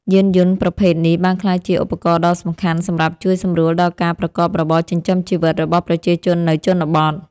យានយន្តប្រភេទនេះបានក្លាយជាឧបករណ៍ដ៏សំខាន់សម្រាប់ជួយសម្រួលដល់ការប្រកបរបរចិញ្ចឹមជីវិតរបស់ប្រជាជននៅជនបទ។